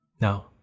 now